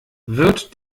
wird